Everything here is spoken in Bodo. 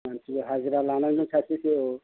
मानसि हाजिरा लानांगोन सासेसो औ